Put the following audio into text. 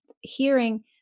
hearing